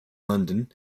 london